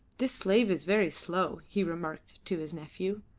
this slave is very slow, he remarked to his nephew,